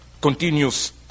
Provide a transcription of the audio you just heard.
continues